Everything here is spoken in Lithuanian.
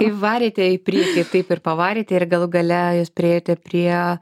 kaip varėte į priekį taip ir pavarėte ir galų gale jūs priėjote prie